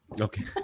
Okay